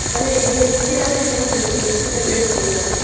তাহলে এইচডিএফসিই আপনি বলুন এইচডিএফসি তাহলে আমি করে নেবো